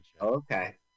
okay